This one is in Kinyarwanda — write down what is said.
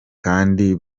kandi